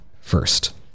first